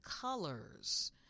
colors